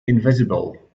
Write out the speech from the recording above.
invisible